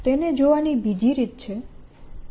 તેને જોવાની બીજી રીત છે